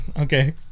Okay